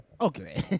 okay